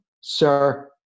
sir